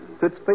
sits